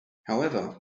however